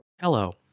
Hello